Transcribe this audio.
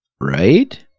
Right